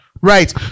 Right